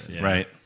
Right